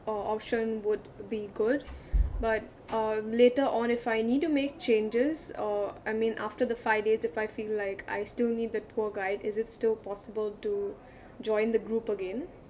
uh option would be good but uh later on if I need to make changes or I mean after the five days if I feel like I still need the tour guide is it still possible to join the group again